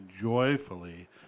joyfully